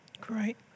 Great